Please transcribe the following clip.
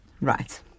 Right